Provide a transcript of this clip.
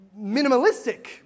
minimalistic